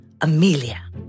Amelia